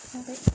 जाबाय